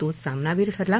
तोच सामनावीर ठरला